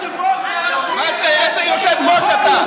איזה יושב-ראש אתה?